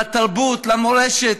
לתרבות, למורשת,